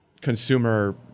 consumer